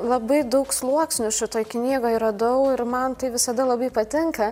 labai daug sluoksnių šitoj knygoj radau ir man tai visada labai patinka